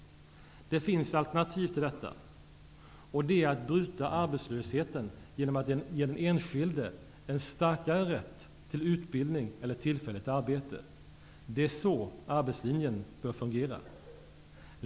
Det finns ett alternativ till detta. Det är att bryta arbetslösheten genom att ge den enskilde en starkare rätt till utbildning eller tillfälligt arbete. Det är så arbetslinjen bör fungera.